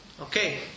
okay